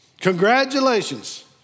Congratulations